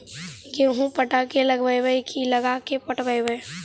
गेहूं पटा के लगइबै की लगा के पटइबै?